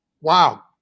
Wow